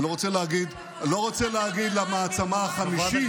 אני לא רוצה להגיד למעצמה החמישית,